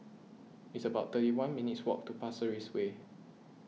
it's about thirty one minutes' walk to Pasir Ris Way